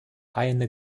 eine